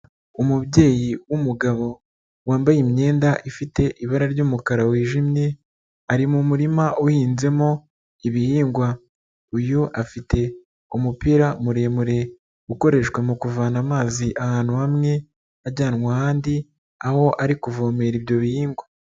Umubyeyi w'umugabo wambaye imyenda ifite ibara ry'umukara wijimye ,ari mu murima uhinzemo ibihingwa .Uyu afite umupira muremure ukoreshwa mu kuvana amazi ahantu hamwe ajyanwa ahandi ,aho ari kuvomera ibyo bihingwa.